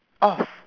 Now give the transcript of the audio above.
off